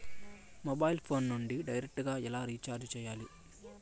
mobile phone నుండి direct గా ఎలా రీచార్జి సేయాలి